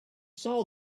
saw